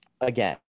again